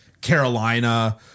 Carolina